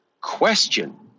question